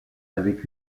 avec